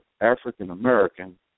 African-American